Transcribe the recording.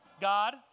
God